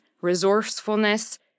resourcefulness